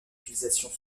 utilisations